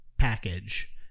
Package